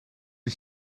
die